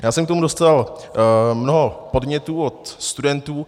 Já jsem k tomu dostal mnoho podnětů od studentů.